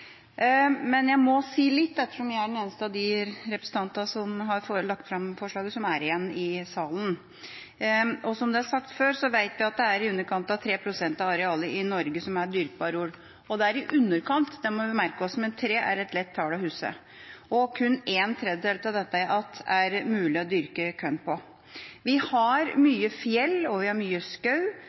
Men jeg må si litt ettersom jeg er den eneste av representantene som har lagt fram forslaget, som er igjen i salen. Som det er sagt før, vet vi at det er i underkant av 3 pst. av arealet i Norge som er dyrkbar jord – og det er i underkant. Det må vi merke oss, men 3 er et lett tall å huske. Kun en tredjedel av dette igjen er det mulig å dyrke korn på. Vi har mye fjell, og vi har mye